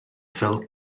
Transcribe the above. fel